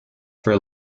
for